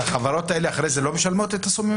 והחברות האלה אחרי זה לא משלמות את הסכומים האלה?